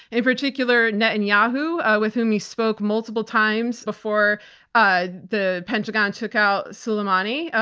in particular netanyahu, with whom he spoke multiple times before ah the pentagon took out soleimani.